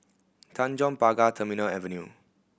Tanjong Pagar Terminal Avenue